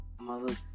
mother